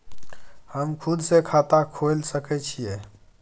हम खुद से खाता खोल सके छीयै?